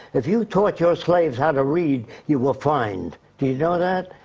if you taught your slaves how to read, you were fined. do you know that?